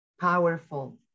powerful